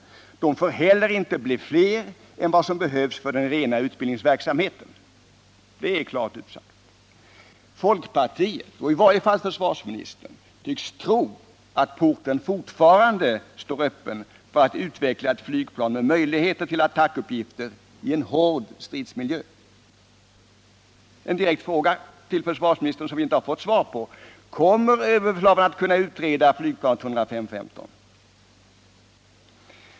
Det får inte heller bli fler flygplan än vad som behövs för den rena utbildningsverksamheten. Detta är klart utsagt. Folkpartiet, i varje fall försvarsministern, tycks tro att porten fortfarande hålls öppen för att utveckla ett flygplan med möjligheter att utföra attackuppgifter i en hård stridsmiljö. Jag vill ställa en direkt fråga, som vi inte har fått svar på, till försvarsministern: Kommer överbefälhavaren att kunna utreda flygplanet 105:15?